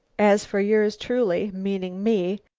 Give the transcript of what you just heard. as for yours truly, meaning me,